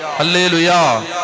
hallelujah